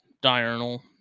diurnal